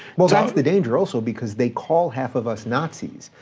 well, that's the danger also, because they call half of us nazis.